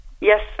yes